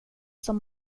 som